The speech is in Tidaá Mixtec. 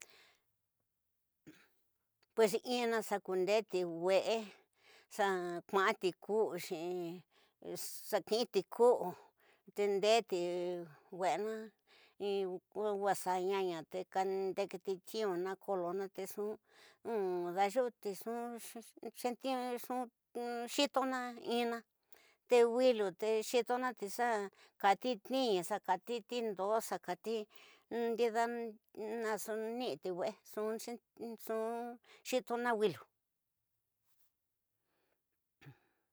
pues ina xa xudet weñe, xa kusati kusu xa kisi ti kusu te ndete weña in wuxa ñzana te kandete tinuu kolona te nxu dayuñi, nxu xefio nxu xitona ñina, te witu te xitona te kati tinixi, xa kati tindoo xakati, ndida na xa ni'iti we'e nxu xitona wilu.